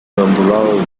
ondulado